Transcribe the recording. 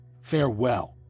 Farewell